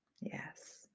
Yes